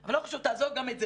אבל לא חשוב, תעזוב גם את זה.